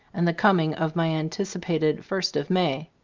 and the coming of my an ticipated first of may.